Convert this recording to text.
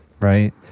Right